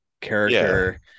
character